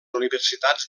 universitats